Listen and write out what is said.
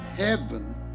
heaven